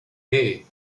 hey